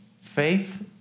Faith